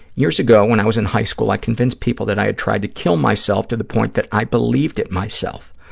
years ago, when i was in high school, i convinced people that i had tried to kill myself to the point that i believed it myself.